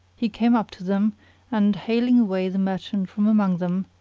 he came up to them and, haling away the merchant from among them,